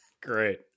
Great